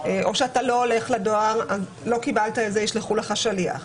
או שאתה לא הולך לדואר, לא קיבלת וישלחו לך שליח.